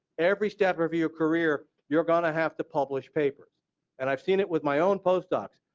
every step of your career, you are going to have to publish papers and i have seen it with my own post docs.